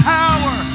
power